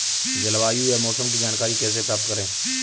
जलवायु या मौसम की जानकारी कैसे प्राप्त करें?